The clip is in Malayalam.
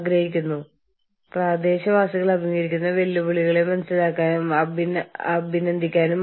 ആഗോള തന്ത്രം പ്രാദേശിക മാനേജ്മെന്റ് പ്രവർത്തനങ്ങൾ നിയന്ത്രിക്കുന്നു